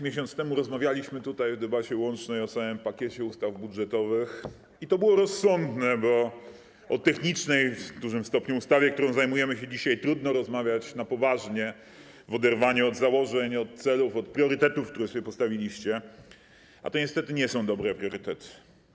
Miesiąc temu rozmawialiśmy tutaj w debacie łącznej o całym pakiecie ustaw budżetowych, i to było rozsądne, bo o technicznej w dużym stopniu ustawie, którą zajmujemy się dzisiaj, trudno rozmawiać na poważnie w oderwaniu od założeń, celów i priorytetów, które sobie postawiliście, a to niestety nie są dobre priorytety.